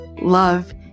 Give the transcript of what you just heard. love